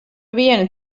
vienu